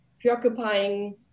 preoccupying